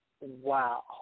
wow